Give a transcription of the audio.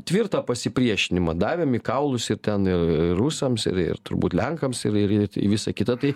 tvirtą pasipriešinimą davėm į kaulus ir ten ir ir rusams ir ir turbūt lenkams ir ir į visą kitą tai